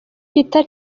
petr